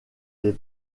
les